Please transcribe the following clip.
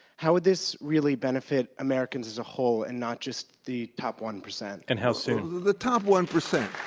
how would this really benefit americans as a whole and not just the top one percent? and how soon? the top one percent